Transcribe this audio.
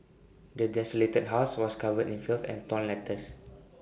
the desolated house was covered in filth and torn letters